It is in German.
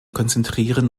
konzentrieren